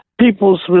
people's